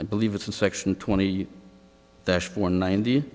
i believe it's in section twenty four ninety